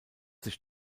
sich